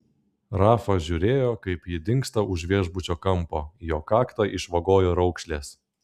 rafa žiūrėjo kaip ji dingsta už viešbučio kampo jo kaktą išvagojo raukšlės